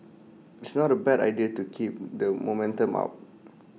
it's not A bad idea to keep that momentum up